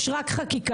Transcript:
יש רק חקיקה.